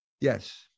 Yes